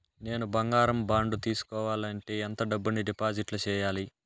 నేను బంగారం బాండు తీసుకోవాలంటే ఎంత డబ్బును డిపాజిట్లు సేయాలి?